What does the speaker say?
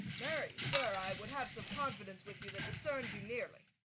marry, sir, i would have some confidence with you, that decerns you nearly.